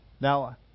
Now